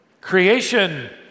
Creation